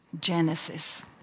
genesis